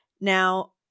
Now